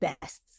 bests